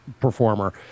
performer